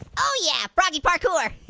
oh yeah, froggy parkour.